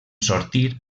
sortir